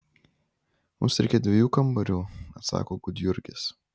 mums reikia dviejų kambarių atsako gudjurgis